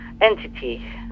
Entity